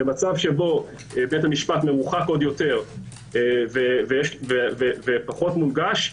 במצב שבו בית המשפט מרוחק עוד יותר ופחות מונגש,